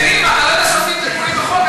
תגיד, מה, אתה לא יודע שעושים תיקונים בחוק?